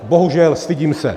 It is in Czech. Bohužel, stydím se!